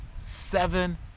seven